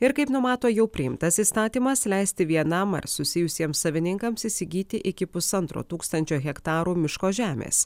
ir kaip numato jau priimtas įstatymas leisti vienam ar susijusiems savininkams įsigyti iki pusantro tūkstančio hektarų miško žemės